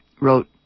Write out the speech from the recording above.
wrote